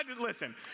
listen